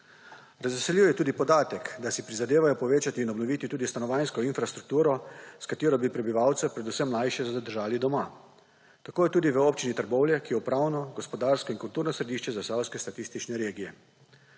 Razveseljiv je tudi podatek, da si prizadevajo povečati in obnoviti tudi stanovanjsko infrastrukturo s katero bi prebivalce, predvsem mlajše zadržali doma. Tako je tudi v občini Trbovlje, ki je upravno, gospodarsko in kulturno središče zasavske statistične regije.